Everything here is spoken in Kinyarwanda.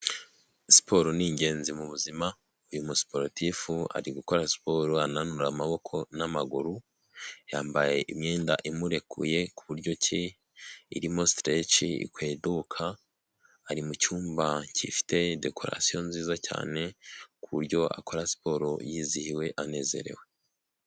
Siporo ni ingenzi mu buzima, uyu mu sporotifu ari gukora siporo ananura amaboko n'amaguru, yambaye imyenda imurekuye ku buryo ki irimo streci ari mucyumba gifite dekoraration nziza cyane ku buryo akora siporo yizihiwe anezerewe.